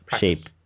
shape